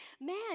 man